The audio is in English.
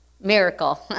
miracle